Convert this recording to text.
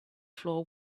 floor